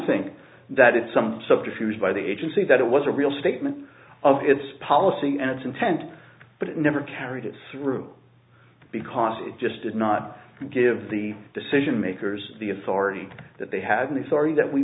think that it's some subterfuge by the agency that it was a real statement of its policy and its intent but it never carried through because it just did not give the decision makers the authority that they had an authority that we